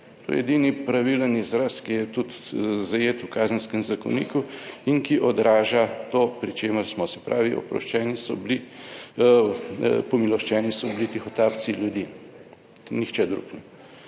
To je edini pravilen izraz, ki je tudi zajet v Kazenskem zakoniku in ki odraža to, pri čemer smo. Se pravi, oproščeni so bili, pomiloščeni so bili tihotapci ljudi, nihče drug.